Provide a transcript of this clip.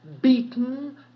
beaten